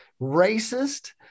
racist